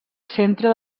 centre